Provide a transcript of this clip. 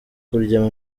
kurya